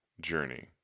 journey